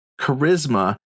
charisma